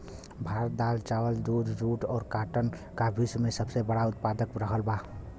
भारत दाल चावल दूध जूट और काटन का विश्व में सबसे बड़ा उतपादक रहल बा